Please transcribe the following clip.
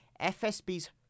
FSB's